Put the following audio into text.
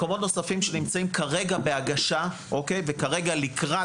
מקומות נוספים שנמצאים כרגע בהגשה וכרגע לקראת